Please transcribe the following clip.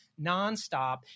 nonstop